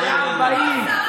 היו 40,